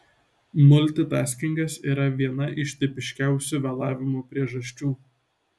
multitaskingas yra viena iš tipiškiausių vėlavimo priežasčių